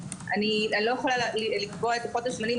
אני לא יכולה לקבוע את לוחות הזמנים,